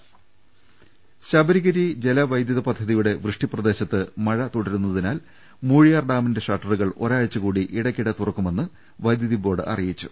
രദേശ്ശേ ശബരിഗിരി ജലവൈദ്യുത പദ്ധതിയുടെ വൃഷ്ടിപ്രദേശത്ത് മഴ തുടരു ന്നതിനാൽ മൂഴിയാർ ഡാമിന്റെ ഷട്ടറുകൾ ഒരാഴ്ചകൂടി ഇടയ്ക്കിടെ തുറ ക്കുമെന്ന് വൈദ്യുതിബോർഡ് അറിയിച്ചു